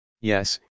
Yes